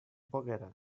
poguera